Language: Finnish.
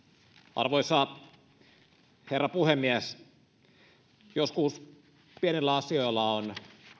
arvoisa herra puhemies joskus pienillä asioilla on